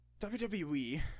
wwe